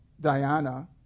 Diana